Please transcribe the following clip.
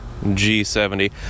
g70